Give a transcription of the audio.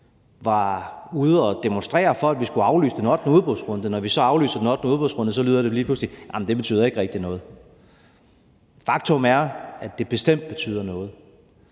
var ude at demonstrere for, at vi skulle aflyse den ottende udbudsrunde, og når vi så aflyser den ottende udbudsrunde, lyder det lige pludselig: Jamen det betyder ikke rigtig noget. Faktum er, at det bestemt betyder noget.